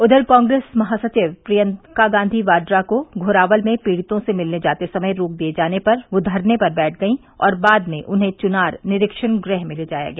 उधर कांग्रेस महासचिव प्रियंका गांधी वाड्रा को घोरावल में पीड़ितों से मिलने जाते समय रोक दिये जाने पर वह धरने पर बैठ गई और बाद में उन्हे चुनार निरीक्षण गृह में ले जाया गया